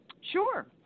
Sure